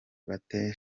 bate